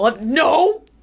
No